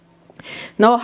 no